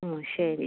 ആ ശരി